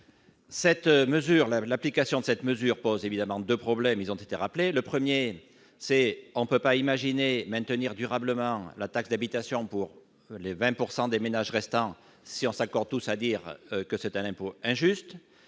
l'application de cette mesure pose à l'évidence deux problèmes, qui ont déjà été évoqués. En premier lieu, on ne peut pas imaginer maintenir durablement la taxe d'habitation pour encore 20 % des ménages si l'on s'accorde tous à dire que c'est un impôt injuste.